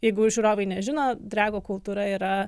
jeigu žiūrovai nežino drego kultūra yra